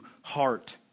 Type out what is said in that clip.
heart